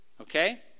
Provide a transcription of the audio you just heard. Okay